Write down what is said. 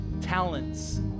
talents